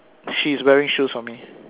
she is wearing shoes for me